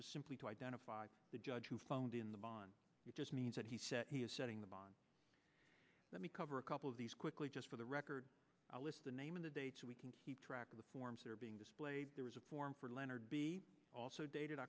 just simply to identify the judge who phoned in the bond it just means that he said he is setting the bond let me cover a couple of these quickly just for the record the name of the date so we can keep track of the forms that are being displayed there is a form for leonard b also dated